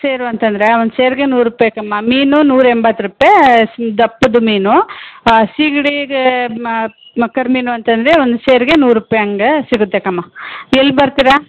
ಸೇರು ಅಂತಂದರೆ ಒಂದು ಸೇರಿಗೆ ನೂರು ರೂಪಾಯಿ ಕಮ್ಮ ಮೀನು ನೂರಾ ಎಂಬತ್ತು ರೂಪಾಯಿ ದಪ್ಪದು ಮೀನು ಸೀಗ್ಡಿಗೆ ಕರಿಮೀನು ಅಂತಂದರೆ ಒಂದು ಸೇರಿಗೆ ನೂರು ರೂಪಾಯಿ ಹಂಗೇ ಸಿಗುತ್ತೆ ಕಮ್ಮ ಎಲ್ಲಿ ಬರ್ತೀರಾ